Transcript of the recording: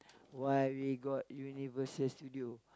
why we got Universal-Studios